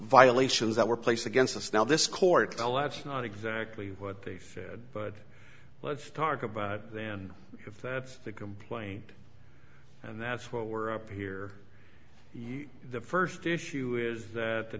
violations that were placed against us now this court well it's not exactly what they said but let's talk about then if that's the complaint and that's what we're up here the first issue is that the